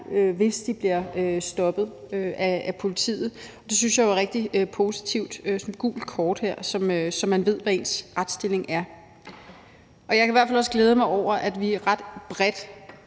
hvis de bliver stoppet af politiet, og det synes jeg er rigtig positivt. Det er sådan et gult kort her, så man ved, hvad ens retsstilling er. Jeg kan i hvert fald også glæde mig over, at vi ret bredt